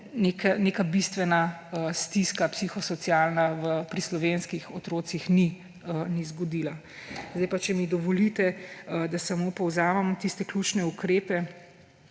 neka bistvena psihosocialna stiska pri slovenskih otrocih ni zgodila. Sedaj pa, če mi dovolite, da samo povzamem tiste ključne ukrepe,